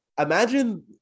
imagine